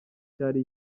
cyari